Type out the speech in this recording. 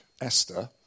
Esther